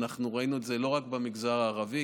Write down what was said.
אנחנו ראינו את זה לא רק במגזר הערבי,